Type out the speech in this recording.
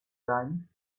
bleiben